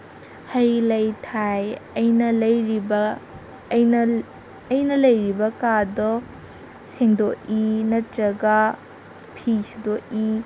ꯍꯩ ꯂꯩ ꯊꯥꯏ ꯑꯩꯅ ꯂꯩꯔꯤꯕ ꯑꯩꯅ ꯑꯩꯅ ꯂꯩꯔꯤꯕ ꯀꯥꯗꯣ ꯁꯦꯡꯗꯣꯛꯏ ꯅꯠꯇ꯭ꯔꯒ ꯐꯤ ꯁꯨꯗꯣꯛꯏ